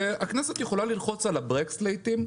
הכנסת יכולה ללחוץ על הבלם לעיתים,